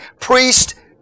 priest